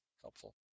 helpful